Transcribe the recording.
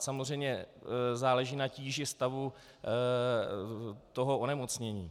Samozřejmě záleží na tíži stavu toho onemocnění.